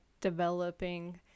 developing